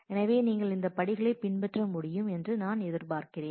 எனவே நீங்கள் இந்த படிகளை பின்பற்ற முடியும் என்று நான் எதிர்பார்க்கிறேன்